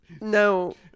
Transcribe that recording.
No